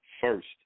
first